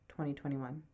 2021